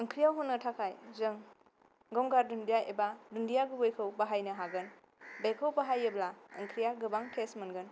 ओंख्रियाव होनो थाखाय जों गंगार दुनदिया एबा दुनदिया गुबैखौ बाहायनो हागोन बेखौ बाहायोब्ला ओंख्रिया गोबां तेस्त मोनगोन